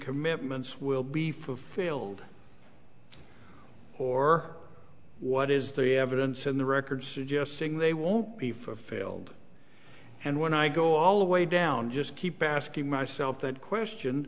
commitments will be fulfilled or what is the evidence in the record suggesting they won't be for failed and when i go all the way down just keep asking myself that question